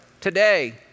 today